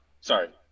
Sorry